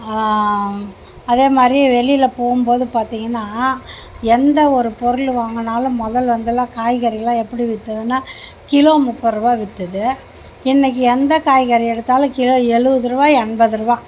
அதே மாதிரி வெளியில் போகும்போது பார்த்தீங்னா எந்த ஒரு பொருள் வாங்கினாலும் முதல்லருத்துலாம் காய்கறியெல்லாம் எப்படி விற்றதுனா கிலோ முப்பது ரூபா விற்றது இன்னிக்கி எந்த காய்கறி எடுத்தாலும் கிலோ எழுபது ரூபா எண்பது ரூபா